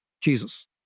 Jesus